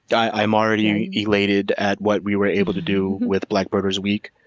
i'm already elated at what we were able to do with black birders week.